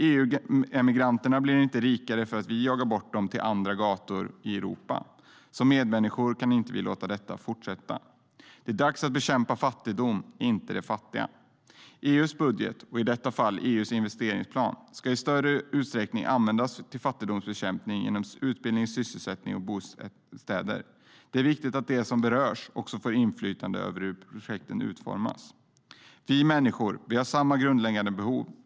EU-migranterna blir inte rikare av att vi jagar bort dem till andra gator i Europa. Som medmänniskor kan vi inte låta detta fortsätta. Det är dags att bekämpa fattigdom, inte de fattiga. EU:s budget och i detta fall EU:s investeringsplan ska i större utsträckning användas till fattigdomsbekämpning genom utbildning, sysselsättning och bostäder. Det är viktigt att de som berörs också får inflytande över hur projekten utformas. Vi människor har samma grundläggande behov.